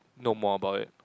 know more about it